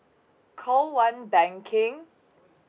call one banking